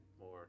More